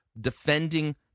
defending